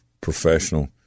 professional